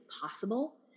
possible